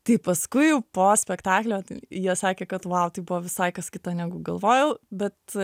tai paskui jau po spektaklio jie sakė kad vau tai buvo visai kas kita negu galvojau bet